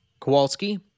Kowalski